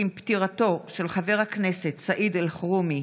כי עם פטירתו של חבר הכנסת סעיד אלחרומי,